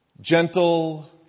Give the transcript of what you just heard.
Gentle